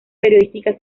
periodística